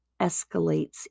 escalates